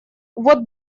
вот